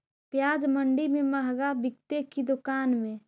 प्याज मंडि में मँहगा बिकते कि दुकान में?